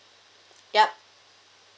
yup